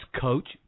coach